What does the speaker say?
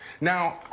Now